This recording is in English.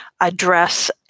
address